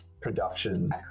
production